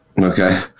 Okay